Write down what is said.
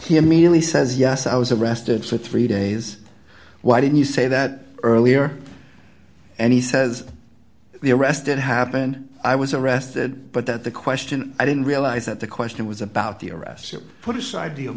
he immediately says yes i was arrested for three days why didn't you say that earlier and he says the arrest did happen i was arrested but that the question i didn't realize that the question was about the arrest put aside